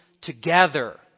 together